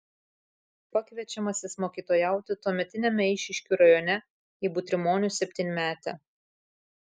pakviečiamas jis mokytojauti tuometiniame eišiškių rajone į butrimonių septynmetę